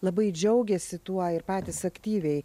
labai džiaugiasi tuo ir patys aktyviai